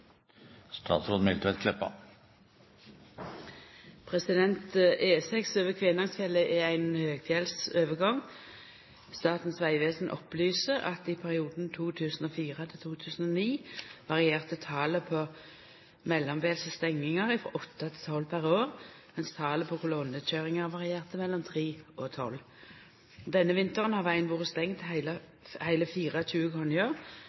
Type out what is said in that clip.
over Kvænangsfjellet er ein høgfjellsovergang. Statens vegvesen opplyser at i perioden 2004–2009 varierte talet på mellombelse stengingar frå åtte til tolv per år, mens talet på kolonnekøyringar varierte mellom tre og tolv. Denne vinteren har vegen vore stengt